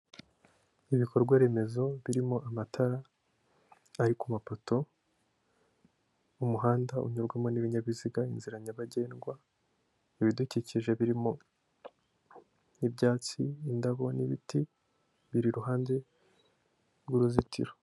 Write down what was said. Ibikorwaremezo birimo amatara ari kumapoto, mu muhanda unyurwamo n'ibinyabiziga inzira nyabagendwa, ibidukikije birimo nk'ibyatsi, indabo n'ibiti, biriruhande rw'uruzitiro.